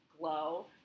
glow